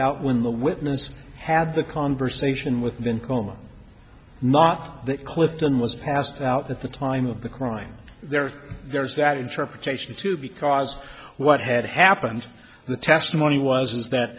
out when the witness had the conversation within coma not that clifton was passed out at the time of the crime there there's that interpretation too because what had happened the testimony was is that